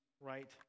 right